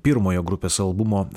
pirmojo grupės albumo